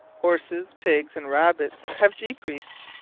horses, pigs, and rabbits, have decreased.